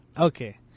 Okay